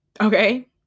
okay